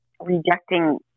rejecting